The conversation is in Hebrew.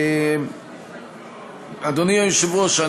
אדוני היושב-ראש,